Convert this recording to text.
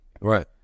right